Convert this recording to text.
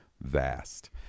vast